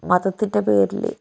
മതത്തിന്റെ പേരില്